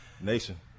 nation